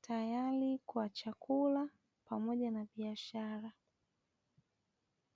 tayari kwa chakula pamoja na biashara.